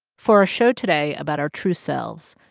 for our show today about our true selves,